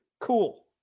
cool